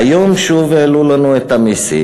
"היום שוב העלו לנו את המסים.